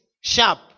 sharp